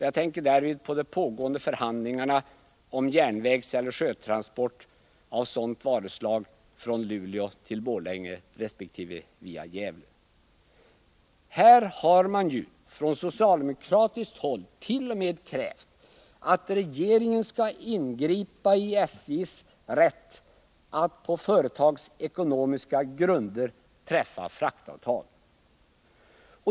Jag tänker därvid på de pågående förhandlingarna om järnvägseller sjötransport av sådant varuslag från Luleå till Borlänge resp. via Gävle. Här har man ju från socialdemokratiskt håll t.o.m. krävt att regeringen skall ingripa i SJ:s rätt att på företagsekonomiska grunder träffa fraktavtal.